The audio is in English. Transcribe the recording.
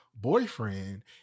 boyfriend